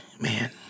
man